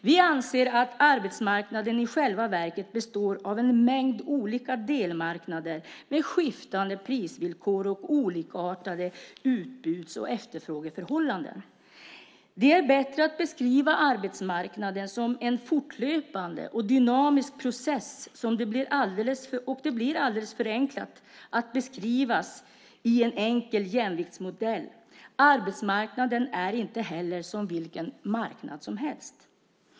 Vi anser att arbetsmarknaden i själva verket består av en mängd olika delmarknader med skiftande prisvillkor och olikartade utbuds och efterfrågeförhållanden. Det är bättre att beskriva arbetsmarknaden som en fortlöpande och dynamisk process som det blir alldeles för förenklat att beskriva i en enkel jämviktsmodell. Arbetsmarknaden är inte som vilken marknad som helst.